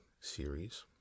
series